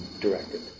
directed